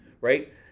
right